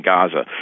Gaza